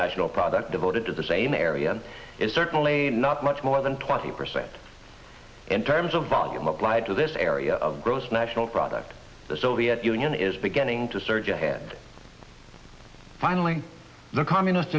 national product devoted to the same area it's certainly not much more than twenty percent in terms of volume applied to this area of gross national product the soviet union is beginning to surge ahead finally the communist